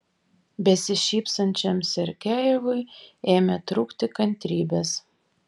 besišypsančiam sergejevui ėmė trūkti kantrybės